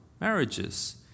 marriages